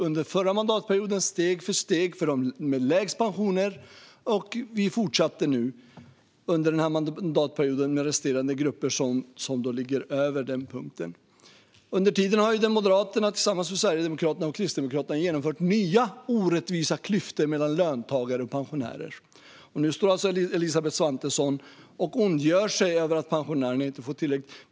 Under förra mandatperioden gjorde vi det steg för steg för dem med lägst pensioner, och vi fortsatte under den här mandatperioden med resterande grupper som ligger över denna punkt. Under tiden har Moderaterna tillsammans med Sverigedemokraterna och Kristdemokraterna genomfört nya orättvisa klyftor mellan löntagare och pensionärer. Och nu står alltså Elisabeth Svantesson och ondgör sig över att pensionärerna inte får tillräckligt.